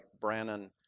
Brannon